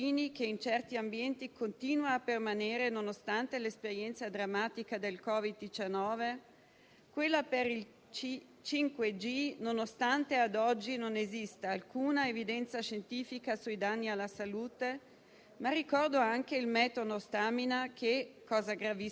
entrò come sperimentazione in alcuni ospedali nonostante la netta opposizione della comunità medica. Il decisore politico deve essere sempre guidato dai principi della prudenza, ma deve basare le sue decisioni sull'evidenza e sul metodo scientifico,